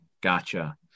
Gotcha